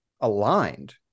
aligned